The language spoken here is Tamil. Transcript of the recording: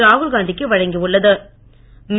ராகுல்காந்தி க்கு வழங்கியுள்ள து